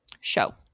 Show